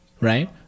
right